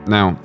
Now